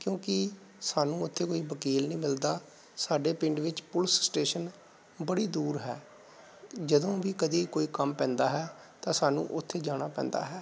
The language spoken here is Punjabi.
ਕਿਉਂਕਿ ਸਾਨੂੰ ਉੱਥੇ ਕੋਈ ਵਕੀਲ ਨਹੀਂ ਮਿਲਦਾ ਸਾਡੇ ਪਿੰਡ ਵਿੱਚ ਪੁਲਿਸ ਸਟੇਸ਼ਨ ਬੜੀ ਦੂਰ ਹੈ ਜਦੋਂ ਵੀ ਕਦੀ ਕੋਈ ਕੰਮ ਪੈਂਦਾ ਹੈ ਤਾਂ ਸਾਨੂੰ ਉੱਥੇ ਜਾਣਾ ਪੈਂਦਾ ਹੈ